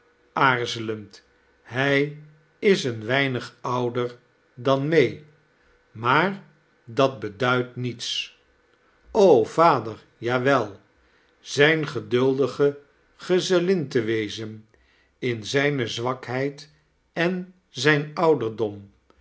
lend hij is een weinig buder dan may maar dat beduidt niets vader jawel zijn geduldige gezellin te wezen in zijne zwakheid ein zijn ouderdoin